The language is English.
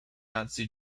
nazi